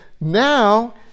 now